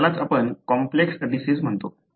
तर यालाच आपण कॉम्प्लेक्स डिसिज म्हणतो